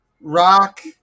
Rock